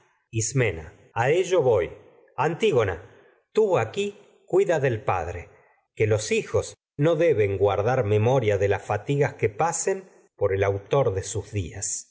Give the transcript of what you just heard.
ismena a ello antigona aquí cuida del memoria padre fatigas que los hijos no deben guardar de las que pasen por el autor de sus días